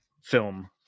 film